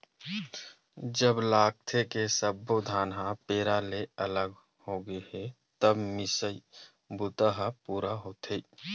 जब लागथे के सब्बो धान ह पैरा ले अलगे होगे हे तब मिसई बूता ह पूरा होथे